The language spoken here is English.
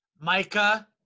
Micah